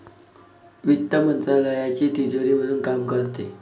वित्त मंत्रालयाची तिजोरी म्हणून काम करते